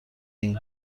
ایم